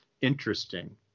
interesting